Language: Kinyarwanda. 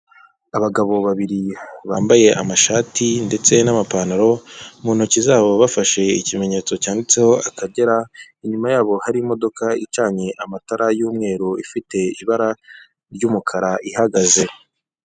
Abagabo babiri bambaye amashati ndetse n'amapantaro, mu ntoki zabo bafashe ikimenyetso cyanditseho akagera, inyuma yabo hari imodoka icanye amatara y'umweru, ifite ibara ry'umukara, ihagaze.